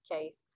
case